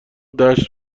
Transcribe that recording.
دشت